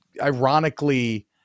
ironically